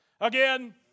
Again